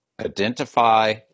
identify